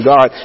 God